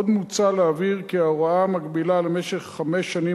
עוד מוצע להבהיר כי ההוראה המקבילה למשך חמש שנים,